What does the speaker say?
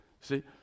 see